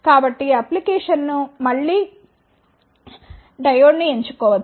కాబట్టి అప్లికేషన్ను బట్టి మళ్లీ డయోడ్ను ఎంచుకోవచ్చు